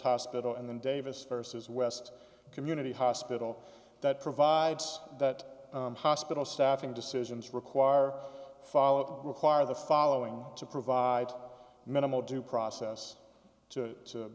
hospital and then davis versus west community hospital that provides that hospital staffing decisions require follow up require the following to provide minimal due process to